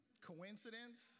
Coincidence